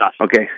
Okay